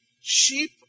Sheep